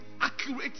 accurate